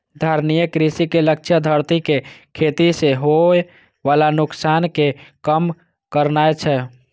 धारणीय कृषि के लक्ष्य धरती कें खेती सं होय बला नुकसान कें कम करनाय छै